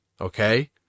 Okay